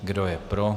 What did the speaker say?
Kdo je pro?